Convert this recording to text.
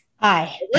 Hi